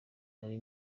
nari